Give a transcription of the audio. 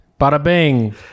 bada-bing